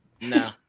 no